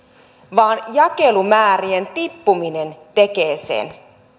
vaan jakelumäärien tippuminen tekee sen